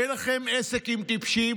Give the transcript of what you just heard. אין לכם עסק עם טיפשים.